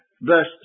verse